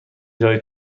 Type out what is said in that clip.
جای